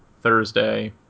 Thursday